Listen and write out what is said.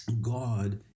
God